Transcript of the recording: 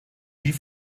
wie